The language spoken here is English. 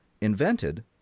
Invented